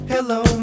Hello